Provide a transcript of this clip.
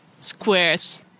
squares